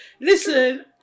listen